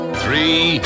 three